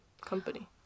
company